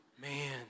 Man